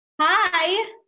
Hi